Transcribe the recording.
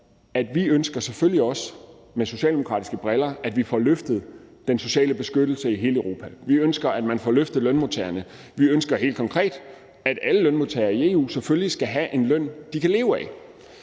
briller selvfølgelig også ønsker, at vi får løftet den sociale beskyttelse i hele Europa. Vi ønsker, at man får løftet lønmodtagerne. Vi ønsker helt konkret, at alle lønmodtagere i EU selvfølgelig skal have en løn, de kan leve af,